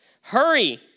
hurry